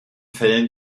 fällen